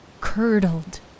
curdled